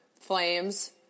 Flames